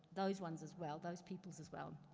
those ones as well, those peoples as well.